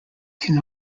can